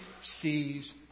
sees